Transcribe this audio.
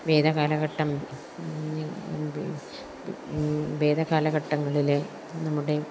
വേദകാലഘട്ടം വേദകാലഘട്ടങ്ങളിലെ നമ്മുടെ